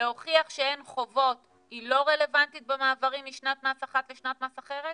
להוכיח שאין חובות היא לא רלוונטית במעברים משנת מס אחת לשנת מס אחרת?